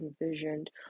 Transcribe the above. envisioned